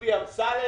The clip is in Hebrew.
אמסלם,